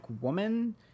woman